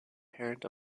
parent